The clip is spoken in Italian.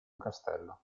castello